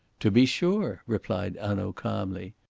to be sure, replied hanaud calmly.